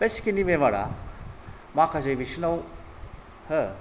बे स्किन नि बेमारा माखासे बिसिनाव हो